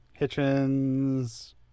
Hitchens